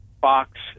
Fox